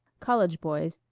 college boys,